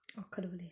oh கடவுளே:kadavule